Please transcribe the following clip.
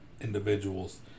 individuals